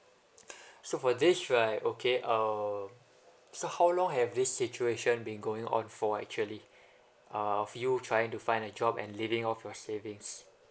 so for this right okay um so how long have this situation been going on for actually of you trying to find a job and living off your savings